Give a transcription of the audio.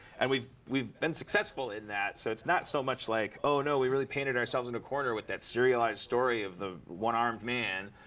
and we've we've been successful in that. so it's not so much like, oh, no, we really painted ourselves in a corner with that serialized story of the one-armed man.